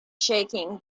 shaking